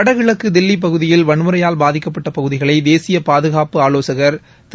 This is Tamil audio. வடகிழக்கு தில்லி பகுதியில் வன்முறையால் பாதிக்கப்பட்ட பகுதிகளை தேசியப் பாதுகாப்பு ஆலோசன் திரு